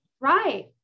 Right